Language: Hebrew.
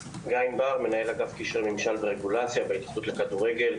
מנהל אגף קשרי ממשל ורגולציה בהתאחדות לכדורגל.